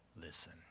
listen